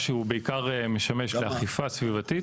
שהוא משמש בעיקר לאכיפה סביבתית.